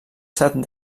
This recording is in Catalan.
estat